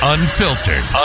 Unfiltered